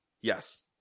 Yes